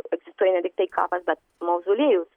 egzistuoja ne tiktai kapas bet mauzoliejus